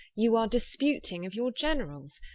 you are disputing of your generals.